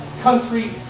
Country